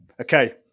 Okay